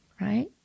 right